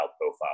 profile